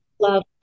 Love